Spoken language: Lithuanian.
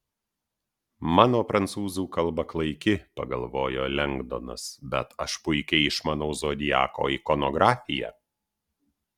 mano prancūzų kalba klaiki pagalvojo lengdonas bet aš puikiai išmanau zodiako ikonografiją